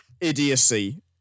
idiocy